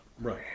Right